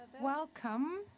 welcome